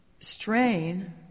strain